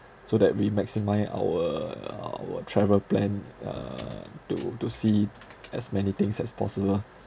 so that we maximise our our travel plan uh to to see as many things as possible